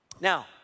Now